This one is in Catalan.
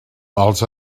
els